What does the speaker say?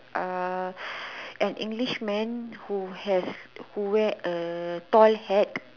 uh an English man who has who wear a toy hat